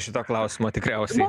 šito klausimo tikriausiai